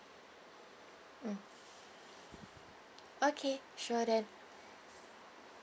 mm okay sure then